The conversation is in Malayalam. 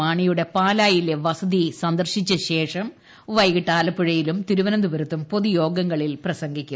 മാണിയുടെ പാലായിലെ വസതി സന്ദർശിച്ച ശേഷം വൈകിട്ട് ആലപ്പുഴയിലും തിരുവനന്തപുരത്തും പൊതുയോഗങ്ങളിൽ പ്രസംഗിക്കും